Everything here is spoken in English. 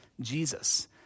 Jesus